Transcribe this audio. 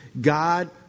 God